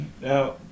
Now